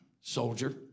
soldier